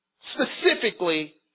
specifically